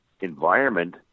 environment